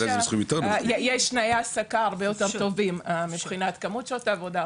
יש תנאי העסקה הרבה יותר טובים מבחינת כמות שעות העבודה,